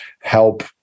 help